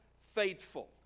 faithful